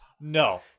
No